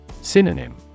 Synonym